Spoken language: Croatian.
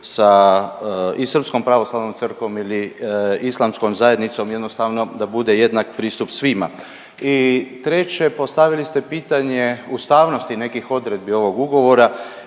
i Srpskom pravoslavnom crkvom ili islamskom zajednicom jednostavno da bude jednak pristup svima. I treće postavili ste pitanje ustavnosti nekih odredbi ovog ugovora